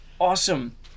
awesome